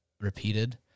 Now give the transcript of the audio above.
repeated